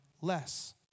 less